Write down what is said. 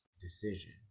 decision